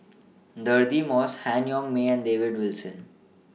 Deirdre Moss Han Yong May and David Wilson